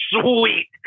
sweet